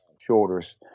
shoulders